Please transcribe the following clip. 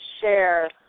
share